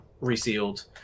resealed